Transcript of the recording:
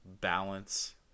balance